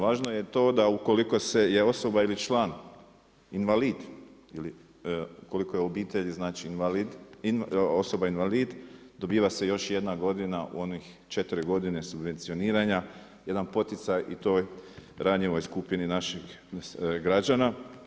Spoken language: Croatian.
Važno je to da ukoliko se je osoba ili član, invalid ili ukoliko je osoba invalid, dobiva se još jedna godina u onih 4 godine subvencioniranja, jedan poticaj i toj ranjivoj skupini naših građana.